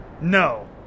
No